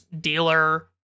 dealer